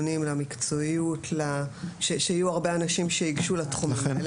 למקצועיות ולכך שיהיו הרבה אנשים שייגשו לתחום,